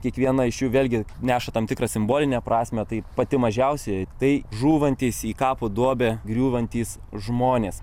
kiekviena iš jų vėlgi neša tam tikrą simbolinę prasmę tai pati mažiausiai tai žūvantys į kapo duobę griūvantys žmonės